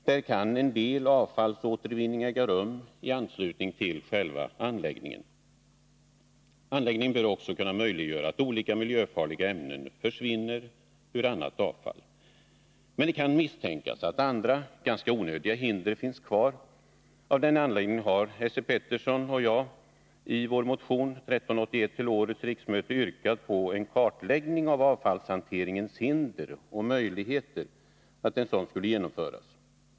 Där kan en del avfallsåtervinning äga rum i anslutning till själva anläggningen. Anläggningen bör också kunna möjliggöra att olika miljöfarliga ämnen försvinner ur annat avfall. Men det kan misstänkas att andra ganska onödiga hinder finns kvar. Av den anledningen har Esse Petersson och jag i motion 1381 till årets riksmöte yrkat på att en kartläggning av avfallshanteringens hinder och möjligheter skulle genomföras.